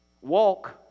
Walk